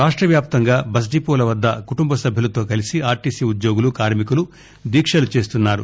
రాష్ట వ్యాప్తంగా బస్ డిపోల వద్ద కుటుంబ సభ్యులతో కలసి ఆర్టీసీ ఉద్యోగులు కార్మికులు దీక్షలు చేస్తున్నారు